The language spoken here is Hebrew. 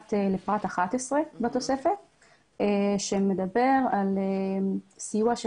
נוגעת לפרט 11 בתוספת שמדבר על סיוע של